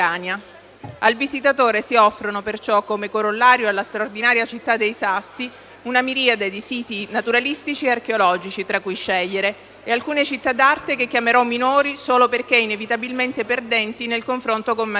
Al visitatore si offrono perciò, come corollario alla straordinaria Città dei Sassi, una miriade di siti naturalistici e archeologici, tra cui scegliere, e alcune città d'arte che chiamerò minori solo perché inevitabilmente perdenti nel confronto con Matera.